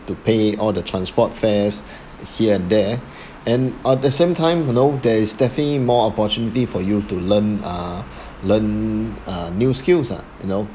to pay all the transport fares here and there and at the same time you know there is definitely more opportunity for you to learn uh learn uh new skills ah you know